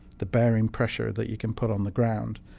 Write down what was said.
the bearing pressure that you can put on the ground,